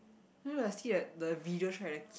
you know I see that the video try to